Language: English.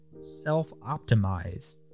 self-optimize